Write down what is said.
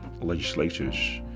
legislators